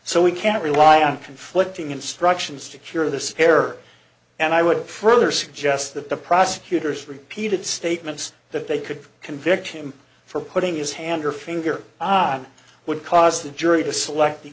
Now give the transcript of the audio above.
so we can't rely on conflicting instructions to cure this error and i would further suggest that the prosecutor's repeated statements that they could convict him for putting his hand or finger on would cause the jury to select the